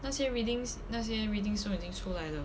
那些 readings 那些 readings 都已经出来了